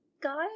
guy